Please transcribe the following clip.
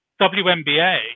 WNBA